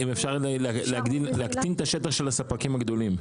אם אפשר להקטין את השטח של הספקים הגדולים,